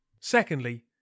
Secondly